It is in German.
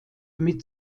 mit